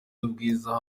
y’ubwiza